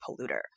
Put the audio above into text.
polluter